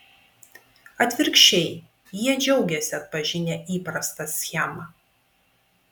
atvirkščiai jie džiaugiasi atpažinę įprastą schemą